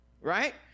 right